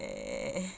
eh